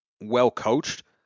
well-coached